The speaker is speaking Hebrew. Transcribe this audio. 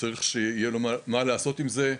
צריך שיהיה לו מה לעשות עם זה.